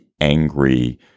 angry